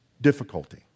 difficulty